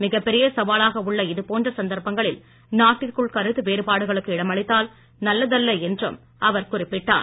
மிகப் பெரிய சவாலாக உள்ள இதுபோன்ற சந்தர்ப்பங்களில் நாட்டிற்குள் கருத்து வேறுபாடுகளுக்கு இடமளித்தால் நல்லதல்ல என்றும் அவர் குறிப்பிட்டார்